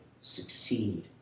succeed